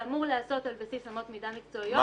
שאמור להיעשות על בסיס אמות מידה מקצועיות.